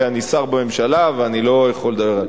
כי אני שר בממשלה ואני לא יכול לדבר,